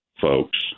folks